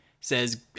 says